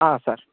sir